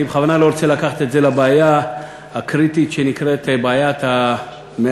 אני בכוונה לא רוצה לקחת את זה לבעיה הקריטית שנקראת בעיית המהגרים,